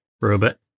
Robot